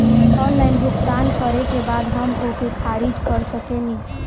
Online भुगतान करे के बाद हम ओके खारिज कर सकेनि?